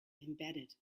embedded